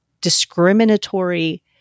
discriminatory